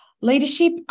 Leadership